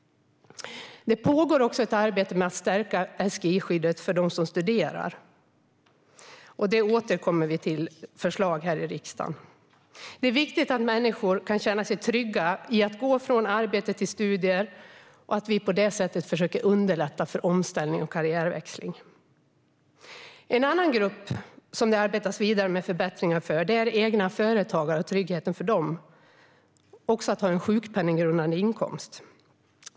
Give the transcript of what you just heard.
Det pågår också ett arbete med att stärka SGI-skyddet för dem som studerar. Vi återkommer med förslag om det till riksdagen. Det är viktigt att människor kan känna sig trygga i att gå från arbete till studier och att vi på det sättet försöker underlätta för omställning och karriärväxling. En annan grupp, som det arbetas vidare med förbättringar för, är egenföretagare. Det handlar om tryggheten för dem i att ha en sjukpenninggrundande inkomst.